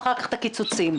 אחר-כך את הקיצוצים.